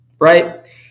right